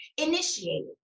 initiated